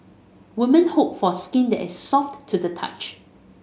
woman hope for skin that is soft to the touch